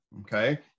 okay